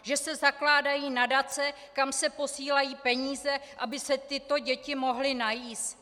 Že se zakládají nadace, kam se posílají peníze, aby se tyto děti mohly najíst?